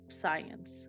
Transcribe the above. science